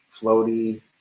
Floaty